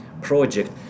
project